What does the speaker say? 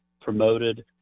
promoted